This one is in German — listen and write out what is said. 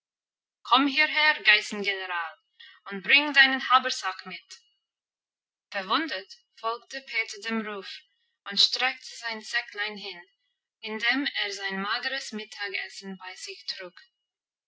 komm hierher geißengeneral und bring deinen habersack mit verwundert folgte peter dem ruf und streckte sein säcklein hin in dem er sein mageres mittagessen bei sich trug